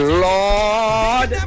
lord